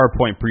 PowerPoint